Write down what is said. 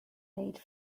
late